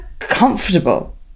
comfortable